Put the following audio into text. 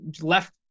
left